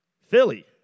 Philly